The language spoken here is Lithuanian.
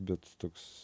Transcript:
bet toks